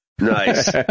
Nice